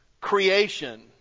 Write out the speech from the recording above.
creation